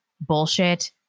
bullshit